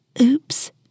Oops